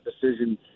decision